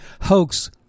hoax